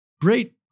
Great